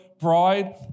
Bride